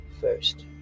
first